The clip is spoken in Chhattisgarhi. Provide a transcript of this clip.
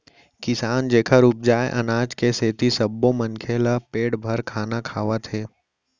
किसान जेखर उपजाए अनाज के सेती सब्बो मनखे ल पेट भर खाना खावत हे